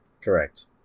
Correct